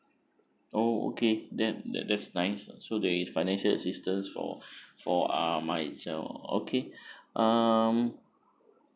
oh okay then that that's nice so there is finances assistance for for uh my child okay um